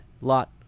Lot